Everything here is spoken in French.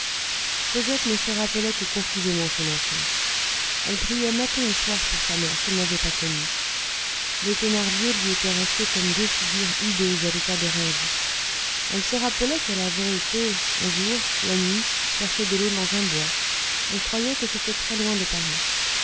cosette ne se rappelait que confusément son enfance elle priait matin et soir pour sa mère qu'elle n'avait pas connue les thénardier lui étaient restés comme deux figures hideuses à l'état de rêve elle se rappelait qu'elle avait été un jour la nuit chercher de l'eau dans un bois elle croyait que c'était très loin de paris